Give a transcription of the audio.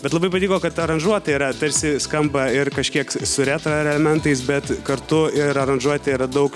bet labai patiko kad aranžuotė yra tarsi skamba ir kažkiek su retro elementais bet kartu ir aranžuotė yra daug